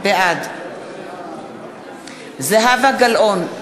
בעד זהבה גלאון,